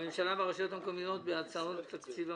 הממשלה ברשויות המקומיות בהוצאות התקציב של